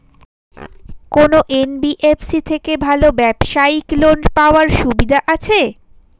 কোন এন.বি.এফ.সি থেকে ভালো ব্যবসায়িক লোন পাওয়ার সুবিধা আছে?